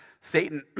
Satan